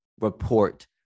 report